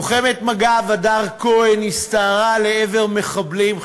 לוחמת מג"ב הדר כהן הסתערה לעבר מחבלים,